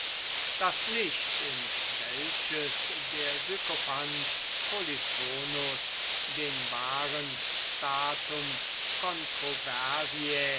das licht in welches der sykophant polyphonus den wahren statum